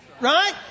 Right